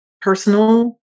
personal